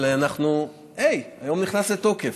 אבל אנחנו, היי, היום נכנס לתוקף,